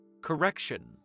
Correction